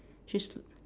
she's